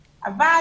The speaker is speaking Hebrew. מחשבים.